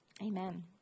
Amen